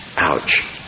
ouch